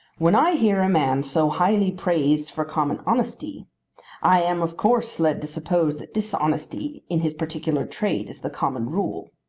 when i hear a man so highly praised for common honesty i am of course led to suppose that dishonesty in his particular trade is the common rule.